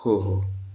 हो हो